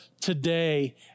today